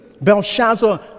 Belshazzar